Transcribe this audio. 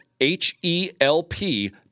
H-E-L-P